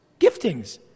giftings